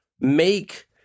make